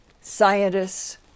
scientists